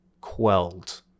quelled